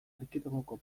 erkidegoko